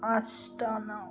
Astana